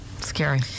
scary